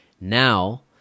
now